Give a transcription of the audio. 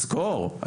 תזכור,